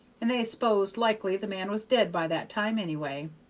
and they s'posed likely the men was dead by that time, any way.